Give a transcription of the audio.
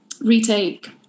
retake